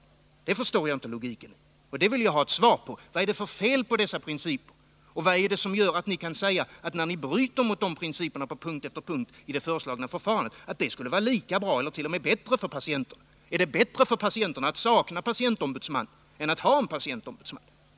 Det förstår jag inte logiken i, och jag vill ha ett svar på frågorna: Vad är det för fel på dessa principer? Och vad är det som gör att ni kan säga, när ni föreslår att man skall bryta mot de principerna på punkt 87 efter punkt, att ert förslag skulle vara lika bra eller t.o.m. bättre för patienterna? Är det bättre för patienterna att sakna patientombudsman än att ha en patientombudsman?